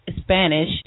Spanish